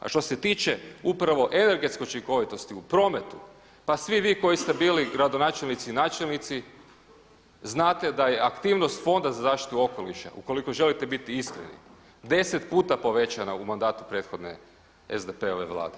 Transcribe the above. A što se tiče upravo energetske učinkovitosti u prometu, pa svi vi koji ste bili gradonačelnici i načelnici znate da je aktivnost Fonda za zaštitu okoliša, ukoliko želite biti iskreni, deset puta povećana u mandatu prethodne SDP-ove Vlade.